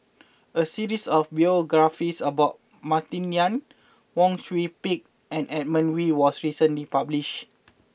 a series of biographies about Martin Yan Wang Sui Pick and Edmund Wee was recently published